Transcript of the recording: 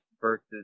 versus